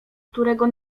którego